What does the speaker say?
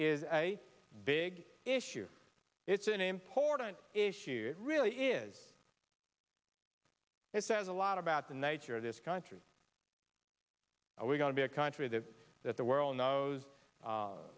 is a big issue it's an important issue it really is it says a lot about the nature of this country are we going to be a country that that the world knows